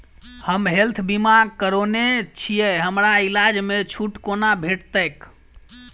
हम हेल्थ बीमा करौने छीयै हमरा इलाज मे छुट कोना भेटतैक?